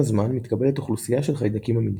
עם הזמן מתקבלת אוכלוסייה של חיידקים עמידים.